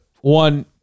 one